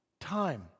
Time